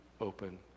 open